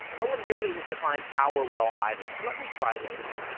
no one really has defined power well, either. so, let me try to do it.